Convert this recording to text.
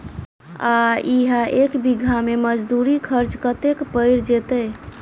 आ इहा एक बीघा मे मजदूरी खर्च कतेक पएर जेतय?